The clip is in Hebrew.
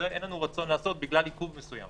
אין לנו רצון לעשות את זה בגלל עיכוב מסוים.